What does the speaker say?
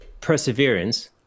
perseverance